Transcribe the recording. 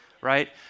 right